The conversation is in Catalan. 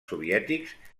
soviètics